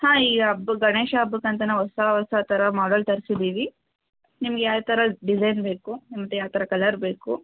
ಹಾಂ ಈ ಹಬ್ಬ ಗಣೇಶ ಹಬ್ಬಕ್ಕಂತಲೇ ಹೊಸ ಹೊಸ ಥರ ಮಾಡೆಲ್ ತರಿಸಿದ್ದೀವಿ ನಿಮಗೆ ಯಾವ ಥರ ಡಿಸೈನ್ ಬೇಕು ಮತ್ತು ಯಾವ ಥರ ಕಲರ್ ಬೇಕು